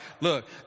Look